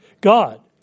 God